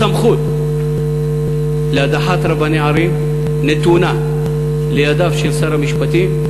הסמכות להדחת רבני ערים נתונה בידיו של שר המשפטים.